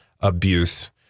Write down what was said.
abuse